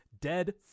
dead